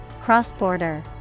Cross-border